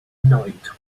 night